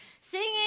singing